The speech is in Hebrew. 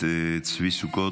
הכנסת צבי סוכות,